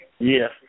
Yes